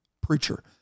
preacher